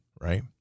right